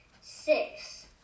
Six